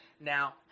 now